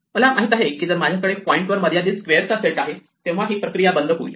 मला माहित आहे की जर माझ्याकडे काही पॉईंट वर मर्यादित स्क्वेअर चा सेट आहे तेव्हा ही प्रक्रिया बंद होईल